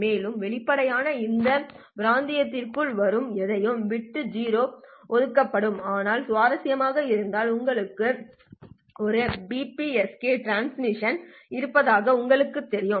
மேலும் வெளிப்படையாக இந்த பிராந்தியத்திற்குள் வரும் எதையும் பிட் 0 ஒதுக்கப்படும் ஆனால் சுவாரஸ்யமாக இருந்தால் உங்களுக்கு ஒரு பிபிஎஸ்கே டிரான்ஸ்மிஷன் இருப்பதாக உங்களுக்குத் தெரியும்